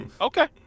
Okay